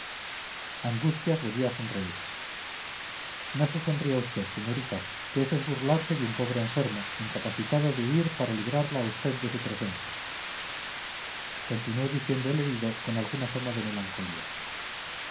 angustias volvió a sonreírse no se sonría usted señorita que eso es burlarse de un pobre enfermo incapacitado de huir para librarla a usted de su presencia continuó diciendo el herido con algún asomo de melancolía